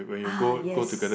ah yes